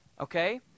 okay